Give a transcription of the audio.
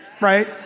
right